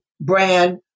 brand